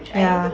ya